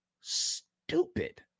stupid